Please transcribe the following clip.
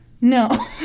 No